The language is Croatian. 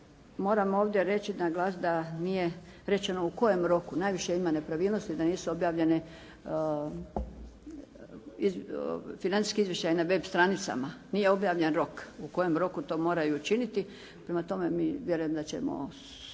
moram ovdje reći na glas, da nije rečeno u kojem roku. Najviše ima nepravilnosti da nisu objavljeni financijski izvještaji na web stranicama, nije objavljen rok u kojem roku to moraju učiniti. Prema tome vjerujem da ćemo se